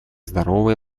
здоровой